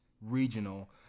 Regional